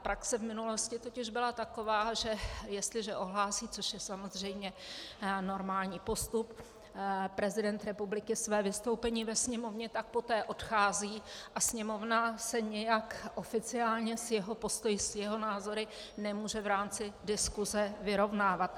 Praxe v minulosti totiž byla taková, že jestliže ohlásí, což je samozřejmě normální postup, prezident republiky své vystoupení ve Sněmovně, tak poté odchází a Sněmovna se nějak oficiálně s jeho postoji, s jeho názory nemůže v rámci diskuse vyrovnávat.